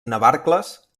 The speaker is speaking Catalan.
navarcles